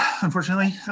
unfortunately